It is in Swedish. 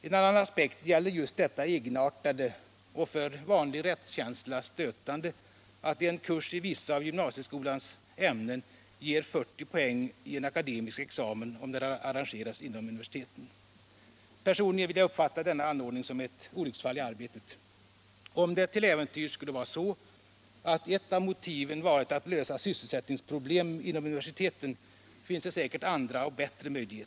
En annan aspekt gäller det egenartade, och för vanlig rättskänsla stötande, förhållandet att en kurs i vissa av gymnasieskolans ämnen ger 40 poäng i en akademisk examen om den arrangeras inom universiteten. Personligen vill jag uppfatta denna anordning som ett olycksfall i arbetet. Om det till äventyrs är så, att ett av motiven bakom detta försök varit att lösa sysselsättningsproblem inom universiteten, torde man kunna finna andra och bättre lösningar.